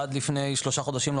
עד לפני שלושה חודשים,